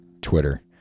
twitter